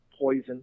Poison